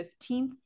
15th